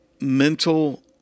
mental